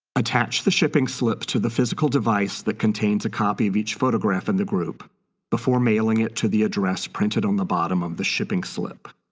attach the shipping slip to the physical device that contains a copy of each photograph in the group before mailing it to the address printed on the bottom of the shipping slip.